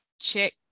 check